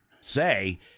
say